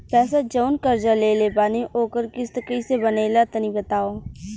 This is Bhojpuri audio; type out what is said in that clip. पैसा जऊन कर्जा लेले बानी ओकर किश्त कइसे बनेला तनी बताव?